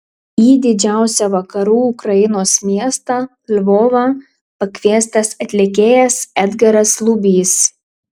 į didžiausią vakarų ukrainos miestą lvovą pakviestas atlikėjas edgaras lubys